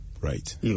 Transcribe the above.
Right